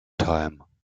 time